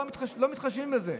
לא מתחשבים בזה,